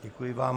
Děkuji vám.